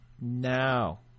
now